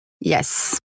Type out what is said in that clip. Yes